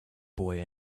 boy